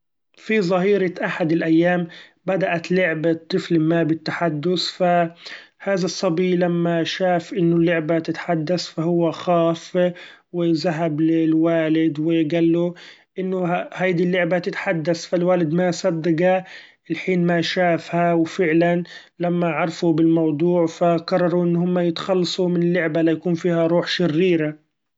في ظهيرة احد الأيام بدأت لعبة طفل ما بالتحدث! ف هذا الصبي لما شاف إنه لعبة تتحدث فهو خاف وذهب للوالد وقاله إنه هيدي اللعبة تتحدث! فالوالد ما صدقه لحين ما شافها ،وفعلا لما عرفوا بالموضوع فقرروا إنهم يتخلصوا من اللعبة لا يكون فيها روح شريرة!